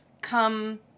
come